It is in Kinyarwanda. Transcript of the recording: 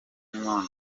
moon